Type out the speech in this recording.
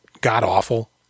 god-awful